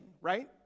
right